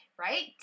Right